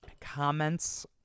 comments